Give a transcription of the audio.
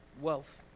wealth